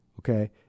Okay